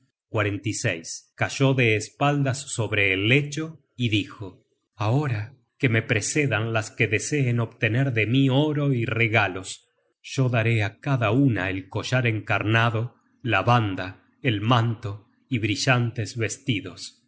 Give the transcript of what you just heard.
en su seno cayó de espaldas sobre el lecho y dijo ahora que me precedanlas que deseen obtener de mí oro y regalos yo daré á cada una el collar encarnado la banda el manto y brillantes vestidos